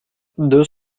deux